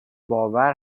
باور